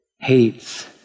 hates